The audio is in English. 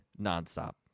nonstop